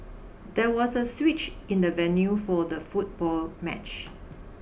there was a switch in the venue for the football match